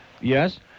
Yes